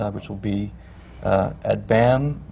ah which will be at bam,